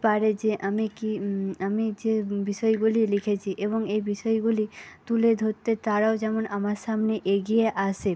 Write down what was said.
পারে যে আমি কী আমি যে বিষয়গুলি লিখেছি এবং এ বিষয়গুলি তুলে ধরতে তারাও যেমন আমার সামনে এগিয়ে আসে